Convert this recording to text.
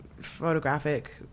photographic